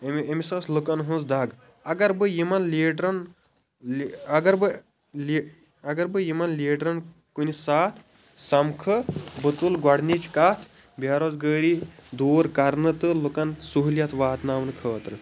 أمِس ٲس لوٗکن ہنٛز دگ اگر بہٕ یِمن لیٖڈرن لِ اگر بہٕ لِ اگر بہٕ یِمن لیٖڈرن کُنہِ ساتہٕ سمکھہٕ بہٕ تُلہٕ گۄڈٕنِچۍ کَتھ بے روزگٲری دوٗر کرنہٕ تہٕ لوٗکن سہوٗلیت واتناونہٕ خٲطرٕ